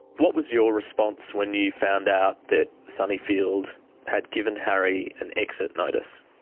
what was your response when you found out that sunnyfield had given harry an exit notice?